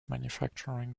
manufacturing